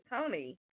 Tony